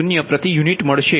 0 પ્રતિ યુનિટ મળશે